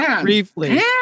briefly